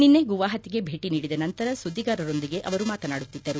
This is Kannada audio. ನಿನ್ನೆ ಗುವಾಹತಿಗೆ ಭೇಟಿ ನೀಡಿದ ನಂತರ ಸುದ್ದಿಗಾರರೊಂದಿಗೆ ಅವರು ಮಾತನಾಡುತ್ತಿದ್ದರು